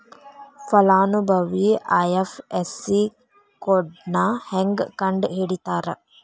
ಫಲಾನುಭವಿ ಐ.ಎಫ್.ಎಸ್.ಸಿ ಕೋಡ್ನಾ ಹೆಂಗ ಕಂಡಹಿಡಿತಾರಾ